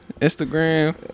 Instagram